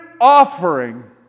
offering